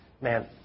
man